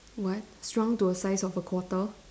what shrunk to a size of a quarter